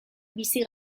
bizi